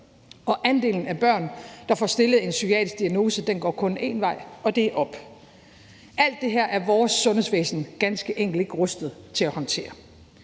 andelen af børn, der får stillet en psykiatrisk diagnose, går kun én vej, og det er op. Alt det her er vores sundhedsvæsen ganske enkelt ikke rustet til at håndtere.